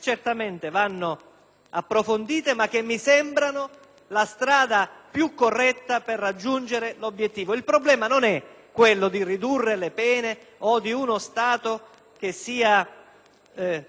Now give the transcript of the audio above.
approfondite ma che mi sembrano la strada più corretta per raggiungere l'obiettivo. Il problema non è quello di ridurre le pene o di avere uno Stato che sia "buonista"